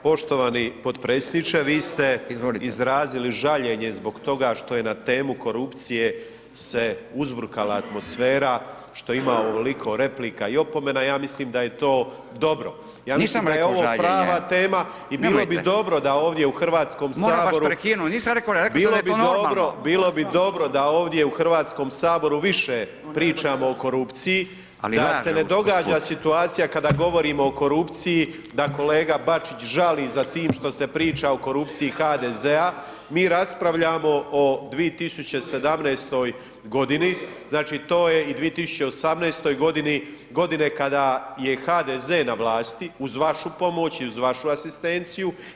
Poštovani potpredsjedniče, vi ste izrazili žaljenje zbog toga što je na temu korupcije se uzburkala atmosfera, što ima ovoliko replika i opomena, ja mislim da je to dobro [[Upadica Radin: Nisam rekao žaljenje.]] ja mislim da je ovo prava tema i bilo bi dobro, da ovdje u Hrvatskom sabor [[Upadica Radin: Moram vas prekinuti, nisam rekao, rekao sam da je to normalno.]] Bilo bi dobro da ovdje u Hrvatskom saboru više pričamo o korupciji, da se ne događa situacija kada govorimo o korupciji, da kolega Bačić žali za tim što se priča o korupciji HDZ-a, mi raspravljamo o 2017. g. znači to je i 2018. g. kada je HDZ na vlasti, uz vašu pomoć i vašu asistenciju.